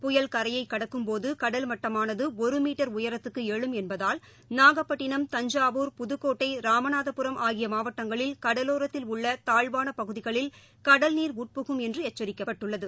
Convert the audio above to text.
புயல் கரையைகடக்கும் போது கடல் மட்டமானதுஒருமீட்டர் உயரத்துக்குஎழும் என்பதால் தஞ்சாவூர் புதுக்கோட்டை ராமநாதபுரம் நாகபட்டினம் கடலோரத்தில் உள்ளதாழ்வானபகுதிகளில் கடல்நீர் புகும் என்றுஎச்சரிக்கப்பட்டுள்ளது